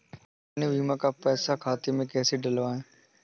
अपने बीमा का पैसा खाते में कैसे डलवाए?